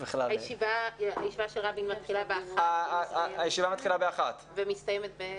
הישיבה לזכר רבין מתחילה בשעה 13:00. היא מתחילה בשעה 13:00. מתי היא מסתיימת?